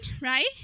right